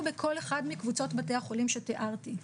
בכל אחד מקבוצות בתי החולים שתיארתי.